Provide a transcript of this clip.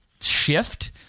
shift